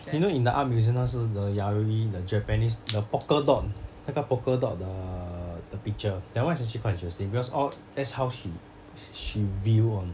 you know in the art museum 那时的 yayoi the japanese the polka dot 那个 polka dot the the picture that [one] is actually quite interesting because all that's how she she view on